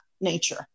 nature